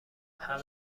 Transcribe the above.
همه